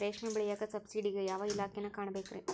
ರೇಷ್ಮಿ ಬೆಳಿಯಾಕ ಸಬ್ಸಿಡಿಗೆ ಯಾವ ಇಲಾಖೆನ ಕಾಣಬೇಕ್ರೇ?